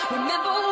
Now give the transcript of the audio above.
Remember